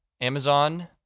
Amazon